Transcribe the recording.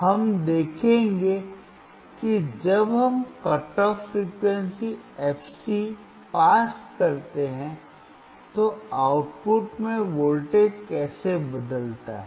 हम देखेंगे कि जब हम cut off frequency fc pass करते हैं तो आउटपुट में वोल्टेज कैसे बदलता है